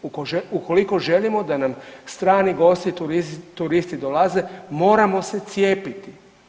Ukoliko želimo da nam strani gosti, turisti dolaze, moramo se cijepiti.